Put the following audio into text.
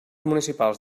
municipals